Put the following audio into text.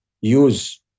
use